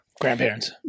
Grandparents